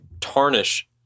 tarnish